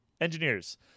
engineers